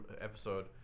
episode